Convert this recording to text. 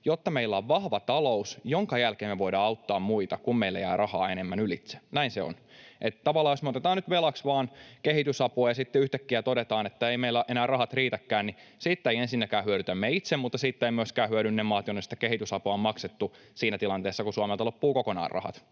jotta meillä on vahva talous, minkä jälkeen me voidaan auttaa muita, kun meille jää rahaa enemmän ylitse. Näin se on. Tavallaan, jos me otetaan nyt velaksi vaan kehitysapua ja sitten yhtäkkiä todetaan, että ei meillä enää rahat riitäkään, niin siitä ei ensinnäkään hyödytä me itse, mutta siitä eivät myöskään hyödy ne maat, jonne sitä kehitysapua on maksettu siinä tilanteessa, kun Suomelta loppuvat kokonaan rahat